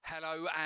Hello